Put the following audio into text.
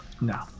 No